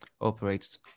operates